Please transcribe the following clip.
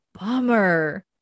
bummer